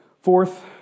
Fourth